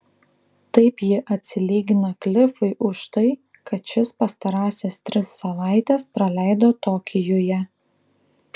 taip ji atsilygina klifui už tai kad šis pastarąsias tris savaites praleido tokijuje